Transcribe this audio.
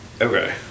Okay